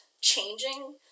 changing